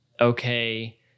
okay